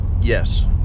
yes